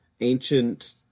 ancient